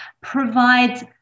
provides